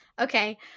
Okay